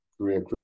career